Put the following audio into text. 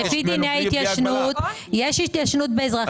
לפי דיני ההתיישנות יש התיישנות באזרחי